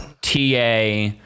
TA